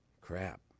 crap